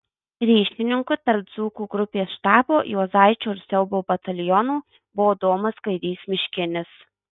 ryšininku tarp dzūkų grupės štabo juozaičio ir siaubo batalionų buvo domas kirys miškinis